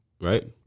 right